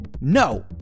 No